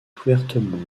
ouvertement